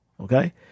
okay